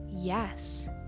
yes